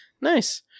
nice